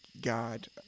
God